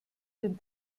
den